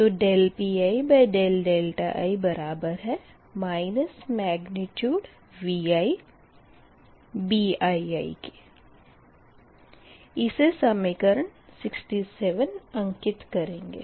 तो Pii ViBii इसे समीकरण 67 अंकित करेंगे